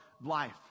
life